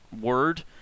word